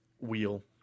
wheel